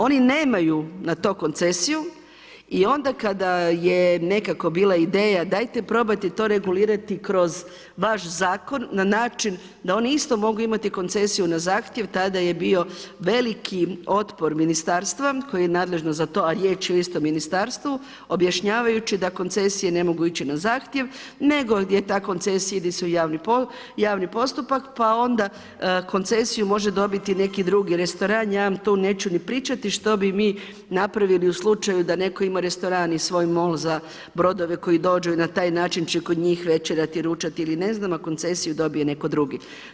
Oni nemaju na to koncesiju i onda kada je nekako bila ideja dajte probajte to regulirati kroz vaš zakon na način da oni isto mogu imati koncesiju na zahtjev, tada je bio veliki otpor ministarstva koje je nadležno za to a riječ je o istom ministarstvu, objašnjavajući da koncesije ne mogu ići na zahtjev nego u koncesiji se ide u javni postupak, pa onda koncesiju može dobiti neki drugi restoran, ja vam tu neću ni pričati što bi mi napravili u slučaju da netko ima restoran i svoj mol za brodove koji dođu i na taj način će kod njih večerati i ručati ili ne znam, a koncesiju dobije netko drugi.